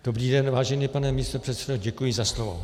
Dobrý den, vážený pane místopředsedo, děkuji za slovo.